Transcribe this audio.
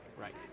Right